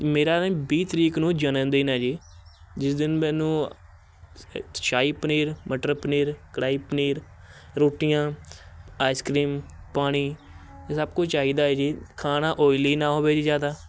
ਮੇਰਾ ਨਾ ਵੀਹ ਤਰੀਕ ਨੂੰ ਜਨਮਦਿਨ ਹੈ ਜੀ ਜਿਸ ਦਿਨ ਮੈਨੂੰ ਸ਼ਾਹੀ ਪਨੀਰ ਮਟਰ ਪਨੀਰ ਕੜਾਹੀ ਪਨੀਰ ਰੋਟੀਆਂ ਆਈਸਕ੍ਰੀਮ ਪਾਣੀ ਇਹ ਸਭ ਕੁਛ ਚਾਹੀਦਾ ਏ ਜੀ ਖਾਣਾ ਓਇਲੀ ਨਾ ਹੋਵੇ ਜੀ ਜ਼ਿਆਦਾ